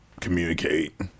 Communicate